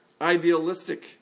idealistic